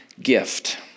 Gift